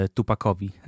Tupakowi